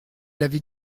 l’avis